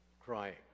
crying